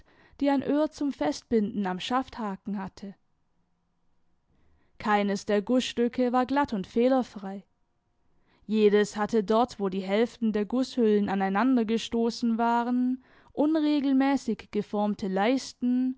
die ein öhr zum festbinden am schafthaken hatte keines der gußstücke war glatt und fehlerfrei jedes hatte dort wo die hälften der gußhüllen aneinandergestoßen waren unregelmäßig geformte leisten